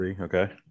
Okay